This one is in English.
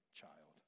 child